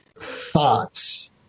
thoughts